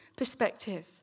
perspective